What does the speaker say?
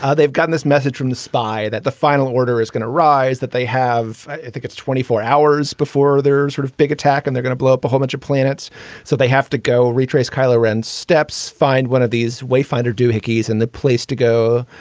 ah they've gotten this message from the spy that the final order is going to rise, that they have gets twenty four hours before they're sort of big attack and they're going to blow up a whole bunch of planets so they have to go retrace carlgren steps, find one of these wayfinding, do hickey's and the place to go.